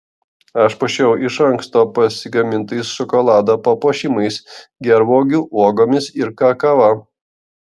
aš puošiau iš anksto pasigamintais šokolado papuošimais gervuogių uogomis ir kakava